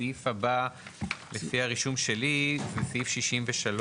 הסעיף הבא לפי הרישום שלי זה סעיף 63,